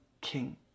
king